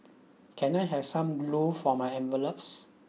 can I have some glue for my envelopes